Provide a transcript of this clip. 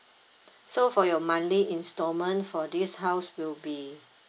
so for your monthly instalment for this house will be